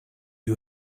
who